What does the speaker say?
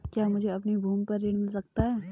क्या मुझे अपनी भूमि पर ऋण मिल सकता है?